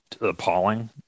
appalling